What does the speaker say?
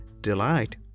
delight